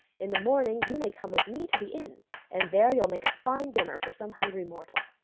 in the morning you may come with me to the inn and there you'll make a fine dinner for some hungry mortal.